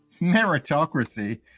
Meritocracy